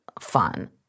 fun